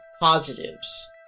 positives